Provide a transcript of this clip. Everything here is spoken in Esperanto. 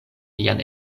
lian